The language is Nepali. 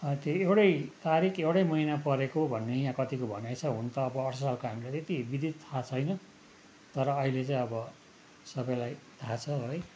त्यो एउटै तारिक एउटै महिना परेको भन्ने यहाँ कतिको भनाइ छ हुनु त अठसट्ठीको त्यति विदित थाहा छैन तर अहिले चाहिँ अब सबैलाई थाहा छ है